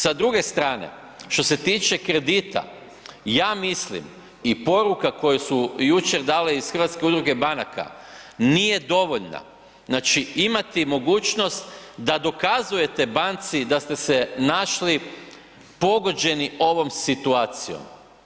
Sa druge strane, što se tiče kredita, ja mislim i poruka koju su jučer dali iz Hrvatske udruge banaka, nije dovoljna, znači imati mogućnost da dokazujete banci da ste se našli pogođeni ovom situacijom.